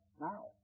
Now